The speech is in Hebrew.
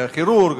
כירורג.